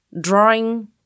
drawing